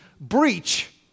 breach